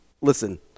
Listen